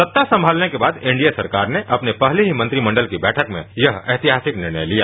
सत्ता संगालने के बाद एनडीए सरकार ने अपने पहले ही मन्त्रिमंडल की बैठक में यह ऐतिहासिक निर्णय लिया